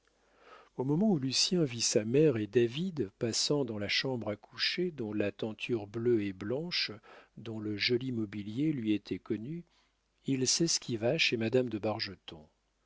au moment où lucien vit sa mère et david passant dans la chambre à coucher dont la tenture bleue et blanche dont le joli mobilier lui était connu il s'esquiva chez madame de